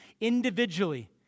individually